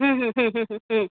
হুম হুম হুম হুম হুম হুম